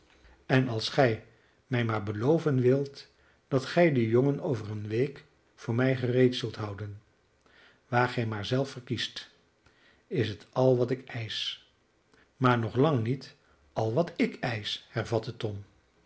en als gij mij maar beloven wilt dat gij den jongen over een week voor mij gereed zult houden waar gij maar zelf verkiest is het al wat ik eisch maar nog lang niet al wat ik eisch hervatte tom